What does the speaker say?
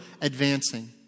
advancing